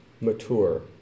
Mature